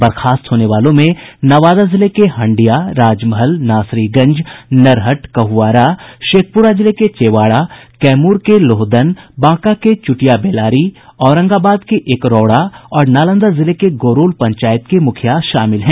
बर्खास्त होने वालो में नवादा जिले के हंडिया राजमहल नासरीगंज नरहट कहुआरा शेखपुरा जिले के चेवाड़ा कैमूर के लोहदन बांका के चुटिया बेलारी औरंगाबाद के एकरौड़ा और नालंदा जिले के गोरौल पंचायत के मुखिया शामिल हैं